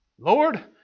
Lord